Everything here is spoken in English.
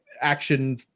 action